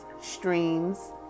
streams